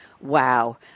Wow